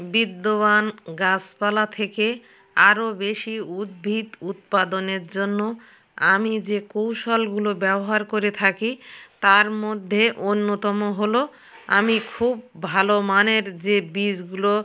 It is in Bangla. বিদ্যমান গাছপালা থেকে আরও বেশি উদ্ভিদ উৎপাদনের জন্য আমি যে কৌশলগুলো ব্যবহার করে থাকি তার মধ্যে অন্যতম হলো আমি খুব ভালো মানের যে বীজগুলো